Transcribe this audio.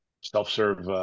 self-serve